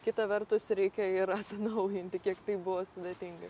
kita vertus reikia ir atnaujinti kiek tai buvo sudėtinga